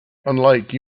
unlike